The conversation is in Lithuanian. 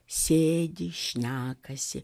sėdi šnekasi